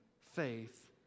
faith